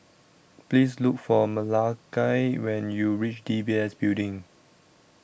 Please Look For Malakai when YOU REACH D B S Building